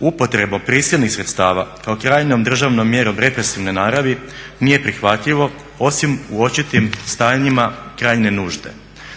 Upotrebom prisilnih sredstava kao krajnjom državnom mjerom represivne naravni nije prihvatljivo osim u očitim stanjima krajnje nužde.